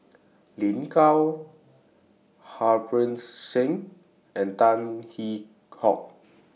Lin Gao Harbans Singh and Tan Hwee Hock